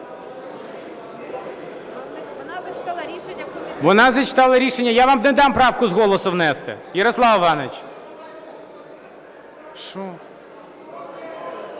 Вона зачитала рішення… Я вам не дам правку з голосу внести. (Шум у залі) Ярослав Іванович.